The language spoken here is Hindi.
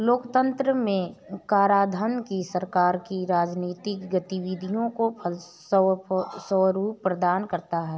लोकतंत्र में कराधान ही सरकार की राजनीतिक गतिविधियों को स्वरूप प्रदान करता है